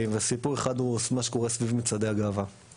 סיפור אחד הוא מה שקורה סביב מצעדי הגאווה.